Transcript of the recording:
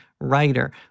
writer